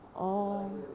orh